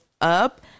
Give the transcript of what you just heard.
up